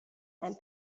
and